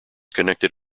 connected